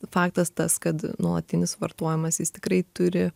faktas tas kad nuolatinis vartojimas jis tikrai turi